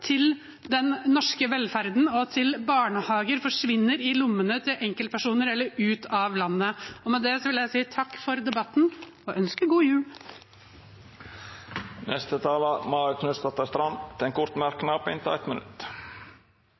til den norske velferden og til barnehager, forsvinner ned i lommene til enkeltpersoner eller ut av landet. Med det vil jeg si takk for debatten og ønske god jul. Representanten Marit Knutsdatter Strand